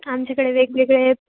आमच्याकडे वेगवेगळे